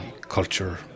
culture